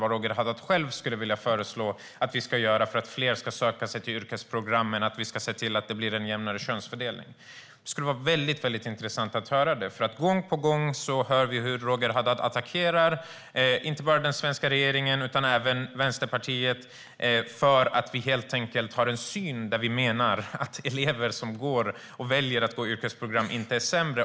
Vad skulle Roger Haddad själv vilja föreslå att vi ska göra för att fler ska söka sig till yrkesprogrammen och för att vi ska se till att det blir jämnare könsfördelning? Det skulle vara intressant att höra det, för gång på gång hör vi hur Roger Haddad attackerar inte bara den svenska regeringen utan även Vänsterpartiet för att vi helt enkelt har en syn där vi menar att elever som väljer att gå yrkesprogram inte är sämre.